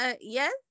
Yes